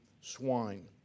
swine